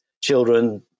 children